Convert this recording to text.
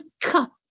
cut